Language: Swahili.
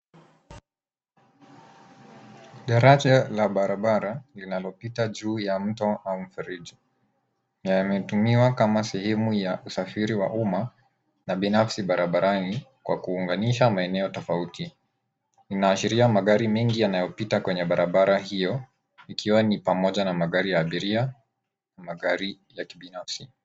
Daraja la barabara linalopita juu ya mto au mfereji na yametumiwa kama sehemu ya usafiri wa umma na binafsi barabarani kwa kuunganisha maeneo tofauti. Inaashiria magari mingi yanayopita kwenye barabara hio ikiwa ni pamoja na magari ya abiria na magari ya kibinafsi.